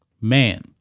Man